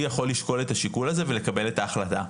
יכול לשקול את השיקול הזה ולקבל את ההחלטה,